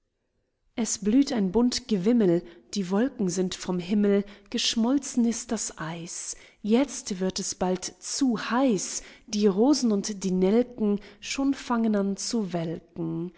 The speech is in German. es blüht ein bunt gewimmel die wolken sind vom himmel geschmolzen ist das eis jetzt wird es bald zu heiß die rosen und die nelken schon fangen an zu welken